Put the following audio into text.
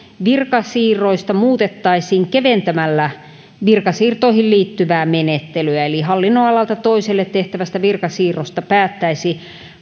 virkasiirroista muutettaisiin keventämällä virkasiirtoihin liittyvää menettelyä eli hallinnonalalta toiselle tehtävästä virkasiirrosta päättäisi